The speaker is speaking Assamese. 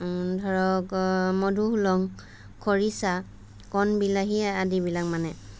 ধৰক মধুসোলং খৰিচা কণবিলাহী আদিবিলাক মানে